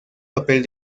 papel